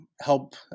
help